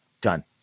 done